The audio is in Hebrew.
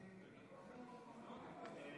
אדוני